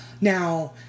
Now